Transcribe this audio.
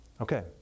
Okay